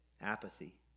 apathy